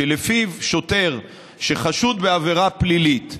שלפיו שוטר שחשוד בעבירה פלילית,